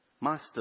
Master